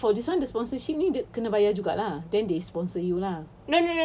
ya I mean for this [one] the sponsorship ni dia kena bayar juga lah then they sponsor you lah